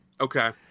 Okay